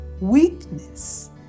weakness